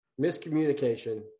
miscommunication